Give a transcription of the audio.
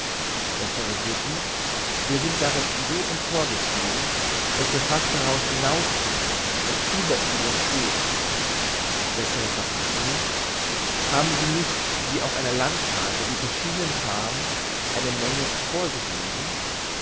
bessere sitten wir sind darin so empor gestiegen daß wir fast daraus hinausgekommen und über ihnen stehen bessere verfassungen haben sie nicht wie auf einer landkarte die verschiedenen farben eine menge vor sich liegen